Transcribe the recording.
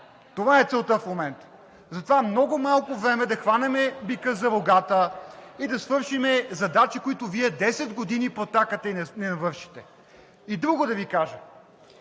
Това е целта в момента – за това много малко време да хванем бика за рогата и да свършим задачите, които Вие от десет години протакате и не вършите. Искам друго да Ви кажа: